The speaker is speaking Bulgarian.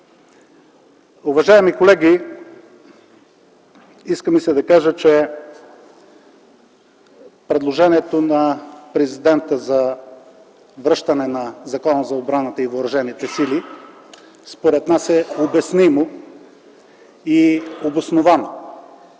Уважаеми колеги, иска ми се да кажа, че предложението на президента за връщане на ЗИД на Закона за отбраната и въоръжените сили според нас е обяснимо и обосновано.